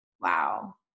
wow